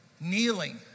kneeling